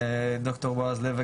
ד"ר בועז לב,